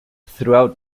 through